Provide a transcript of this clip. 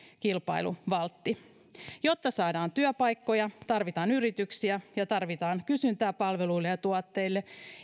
kilpailuvaltti jotta saadaan työpaikkoja tarvitaan yrityksiä ja tarvitaan kysyntää palveluille ja tuotteille